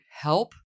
help